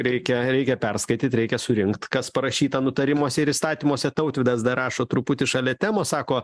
reikia reikia perskaityt reikia surinkt kas parašyta nutarimuose ir įstatymuose tautvydas dar rašo truputį šalia temos sako